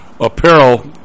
Apparel